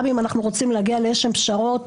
שגם אם אנחנו רוצים להגיע לאיזה פשרות,